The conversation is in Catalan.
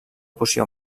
poció